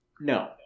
no